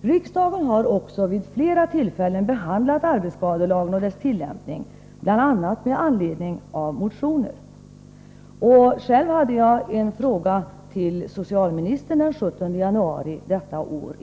Riksdagen har också vid flera tillfällen behandlat arbetsskadelagen och dess tillämpning, bl.a. med anledning av motioner. Själv hade jag en frågedebatt med socialministern den 17 januari detta år.